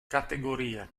categoria